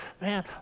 man